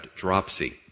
dropsy